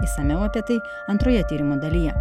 išsamiau apie tai antroje tyrimo dalyje